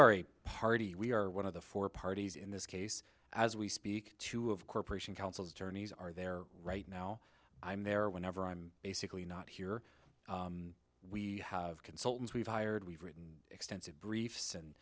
are a party we are one of the four parties in this case as we speak to have corporation councils attorneys are there right now i'm there whenever i'm basically not here we have consultants we've hired we've written extensive briefs and